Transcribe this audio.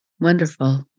wonderful